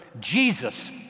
Jesus